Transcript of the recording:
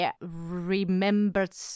remembered